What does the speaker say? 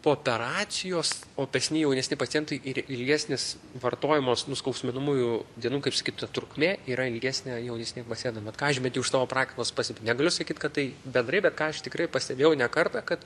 po operacijos opesni jaunesni pacientai ir ilgesnis vartojimas nuskausminamųjų dienų kaip sakyt ta trukmė yra ilgesnė jaunesniem pacientam vat ką aš žinau bent iš savo praktikos pasakyt negaliu pasakyt kad tai bendrai bet ką aš tikrai pastebėjau ne kartą kad